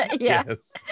Yes